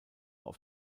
auf